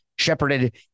shepherded